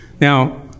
Now